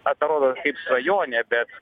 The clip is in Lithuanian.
atrodo kaip svajonė bet